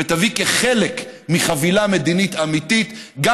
ותביא כחלק מחבילה מדינית אמיתית גם